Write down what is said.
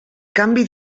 canvi